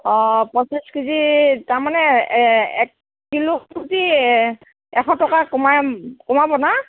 অঁ পঁচিছ কেজিৰ তাৰমানে এক কিলো প্ৰতি এশ টকা কমাম কমাব না